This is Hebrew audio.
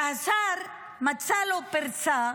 השר מצא לו פרצה,